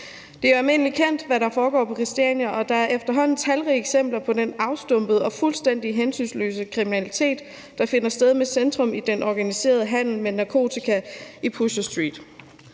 Det er almindelig kendt, hvad der foregår på Christiania, og der er efterhånden talrige eksempler på den afstumpede og fuldstændig hensynsløse kriminalitet, der finder sted med centrum i den organiserede handel med narkotika i Pusher Street.